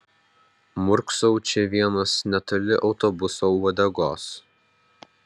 murksau čia vienas netoli autobuso uodegos